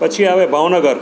પછી આવે ભાવનગર